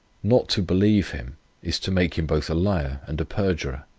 not to believe him is to make him both a liar and a perjurer.